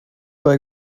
bei